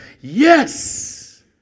Yes